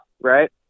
right